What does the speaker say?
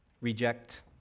reject